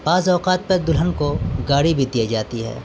بعض اوقات پر دلہن کو گاڑی بھی دی جاتی ہے